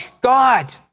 God